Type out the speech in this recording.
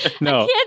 No